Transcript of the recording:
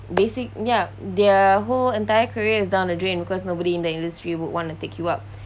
basic ya their whole entire career is down the drain because nobody in the industry would want to take you up